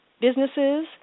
businesses